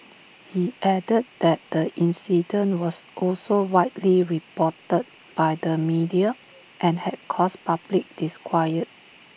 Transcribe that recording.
he added that the incident was also widely reported by the media and had caused public disquiet